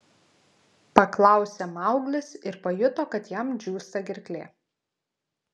paklausė mauglis ir pajuto kad jam džiūsta gerklė